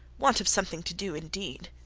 want of something to do indeed.